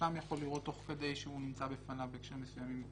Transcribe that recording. הרשם תוך כדי שהוא נמצא בפניו בהקשרים מסוימים,